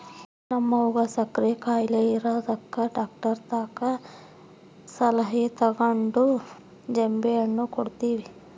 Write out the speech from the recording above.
ನಮ್ವಗ ಸಕ್ಕರೆ ಖಾಯಿಲೆ ಇರದಕ ಡಾಕ್ಟರತಕ ಸಲಹೆ ತಗಂಡು ಜಾಂಬೆಣ್ಣು ಕೊಡ್ತವಿ